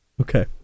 okay